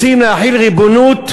רוצים להחיל ריבונות?